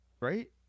right